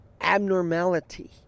abnormality